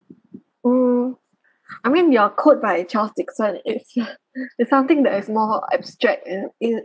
mm I mean your quote by charles dickson is is something that is more abstract in it